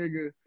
nigga